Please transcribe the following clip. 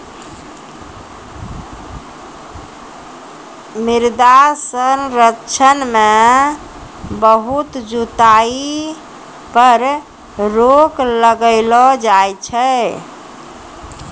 मृदा संरक्षण मे बहुत जुताई पर रोक लगैलो जाय छै